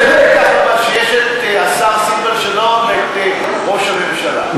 יש השר סילבן שלום וראש הממשלה.